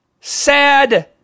sad